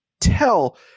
tell